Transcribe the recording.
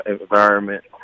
environment